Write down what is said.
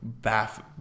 baff